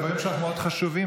הדברים שלך מאוד חשובים,